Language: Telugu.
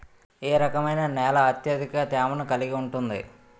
ఏ రకమైన నేల అత్యధిక తేమను కలిగి ఉంటుంది?